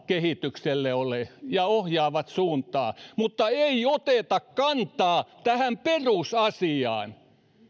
kehitykselle ole ja ne ohjaavat suuntaa mutta eivät ota kantaa tähän perusasiaan